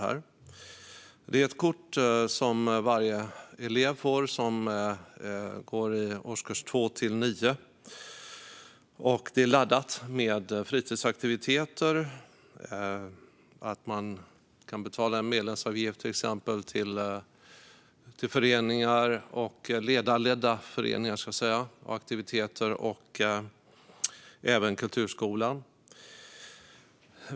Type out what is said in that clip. Detta är ett kort som varje elev i årskurs 2-9 får. Det är laddat med fritidsaktiviteter. Man kan till exempel betala medlemsavgift till ledarledda föreningar och aktiviteter och även till kulturskolan.